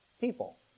people